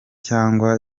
cyangwa